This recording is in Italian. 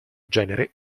genere